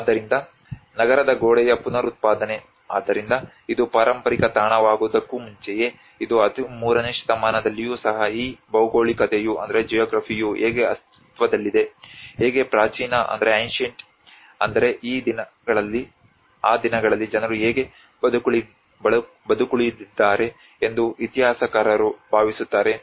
ಆದ್ದರಿಂದ ನಗರದ ಗೋಡೆಯ ಪುನರುತ್ಪಾದನೆ ಆದ್ದರಿಂದ ಇದು ಪಾರಂಪರಿಕ ತಾಣವಾಗುವುದಕ್ಕೂ ಮುಂಚೆಯೇ ಇದು 13ನೇ ಶತಮಾನದಲ್ಲಿಯೂ ಸಹ ಈ ಭೌಗೋಳಿಕತೆಯು ಹೇಗೆ ಅಸ್ತಿತ್ವದಲ್ಲಿದೆ ಹೇಗೆ ಪ್ರಾಚೀನ ಅಂದರೆ ಆ ದಿನಗಳಲ್ಲಿ ಜನರು ಹೇಗೆ ಬದುಕುಳಿದಿದ್ದಾರೆ ಎಂದು ಇತಿಹಾಸಕಾರರು ಭಾವಿಸುತ್ತಾರೆ